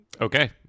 Okay